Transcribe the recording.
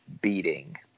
beating